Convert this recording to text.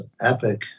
epic